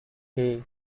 hey